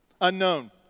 Unknown